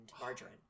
Margarine